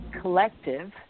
collective